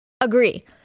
agree